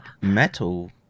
metal